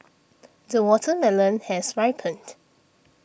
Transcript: the watermelon has ripened